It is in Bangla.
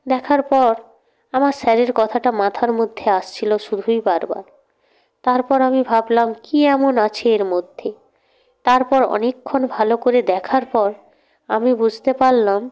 দেখার পর আমার স্যারের কথাটা মাথার মধ্যে আসছিল শুধুই বারবার তারপর আমি ভাবলাম কী এমন আছে এর মধ্যে তারপর অনেকক্ষণ ভালো করে দেখার পর আমি বুঝতে পারলাম